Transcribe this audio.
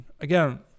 again